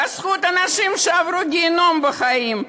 בזכות אנשים שעברו גיהינום בחיים,